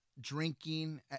Drinking